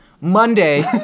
Monday